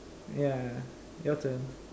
ya your turn